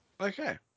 Okay